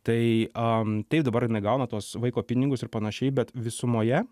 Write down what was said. tai a taip dabar jinai gauna tuos vaiko pinigus ir panašiai bet visumoje